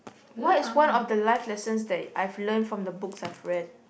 what is one of the life lessons that I've learn from the books I read